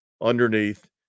underneath